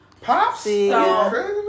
pops